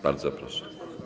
Bardzo proszę.